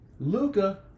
Luca